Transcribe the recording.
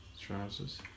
trousers